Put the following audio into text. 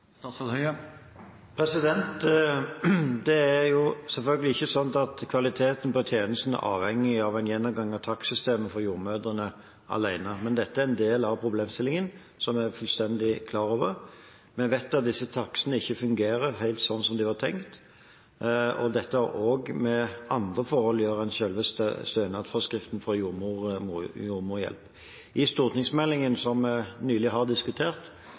Det er selvfølgelig ikke slik at kvaliteten på tjenesten er avhengig av en gjennomgang av takstsystemet for jordmødre alene, men dette er en del av problemstillingen, som vi er fullstendig klar over. Vi vet at disse takstene ikke fungerer helt slik de var tenkt, og dette har også med andre forhold å gjøre enn selve stønadsforskriften for jordmorhjelp. I stortingsmeldingen som vi nylig har diskutert,